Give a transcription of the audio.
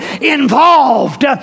involved